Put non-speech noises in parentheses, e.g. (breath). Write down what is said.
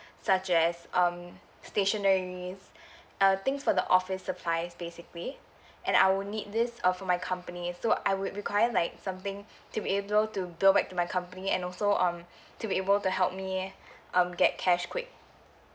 such as um stationaries (breath) uh things for the office supplies basically (breath) and I will need this uh for my company so I would require like something (breath) to be able to go back to my company and also um (breath) to be able to help me (breath) um get cash quick